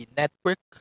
network